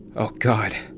oh, god.